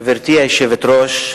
גברתי היושבת-ראש,